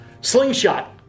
Slingshot